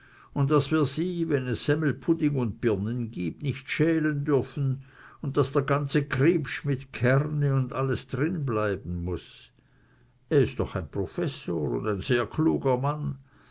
un daß wir sie wenn es semmelpudding un birnen gibt nicht schälen dürfen un daß der ganze kriepsch mit kerne und alles drinbleiben muß er is doch ein professor un ein sehr kluger mann